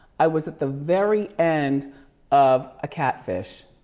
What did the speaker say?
i was at the very end of a catfish.